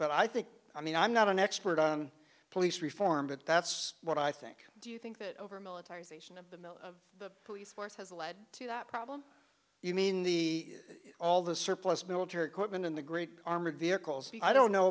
but i think i mean i'm not an expert on police reform but that's what i think do you think that over military station of the mill the police force has led to that problem you mean the all the surplus military equipment in the great armored vehicles i don't know